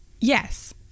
yes